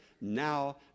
now